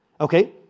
okay